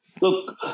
Look